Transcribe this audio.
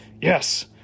yes